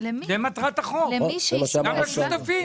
מטרת החוק, גם לשותפים.